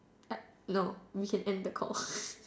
no we can end the call